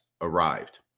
arrived